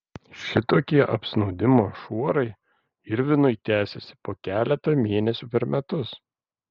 šitokie apsnūdimo šuorai irvinui tęsiasi po keletą mėnesių per metus